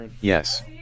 yes